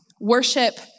worship